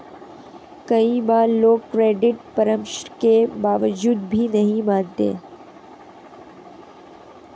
कई बार लोग क्रेडिट परामर्श के बावजूद भी नहीं मानते हैं